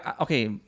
Okay